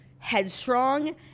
headstrong